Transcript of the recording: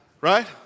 Right